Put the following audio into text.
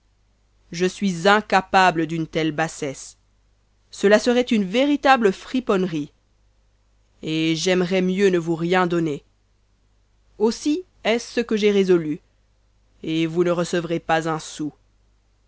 je suis incapable d'une telle bassesse cela serait une véritable friponnerie et j'aimerais mieux ne vous rien donner aussi est-ce ce que j'ai résolu et vous ne recevrez pas un sou